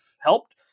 helped